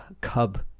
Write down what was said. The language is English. Cub